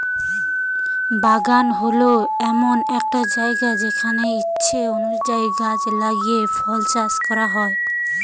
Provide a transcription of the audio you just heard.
বাগান হল এমন একটা জায়গা যেখানে ইচ্ছা অনুযায়ী গাছ লাগিয়ে ফল চাষ করা যায়